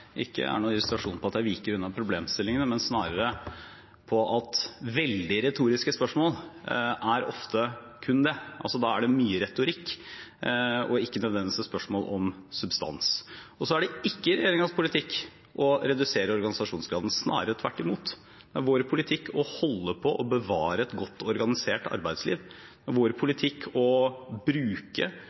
ikke er noen illustrasjon på at jeg viker unna problemstillingene, men snarere illustrerer at veldig retoriske spørsmål ofte er kun det – da er det altså mye retorikk og ikke nødvendigvis et spørsmål om substans. Det er ikke regjeringens politikk å redusere organisasjonsgraden, snarere tvert imot. Vår politikk er å holde på og bevare et godt organisert arbeidsliv. Vår politikk er å bruke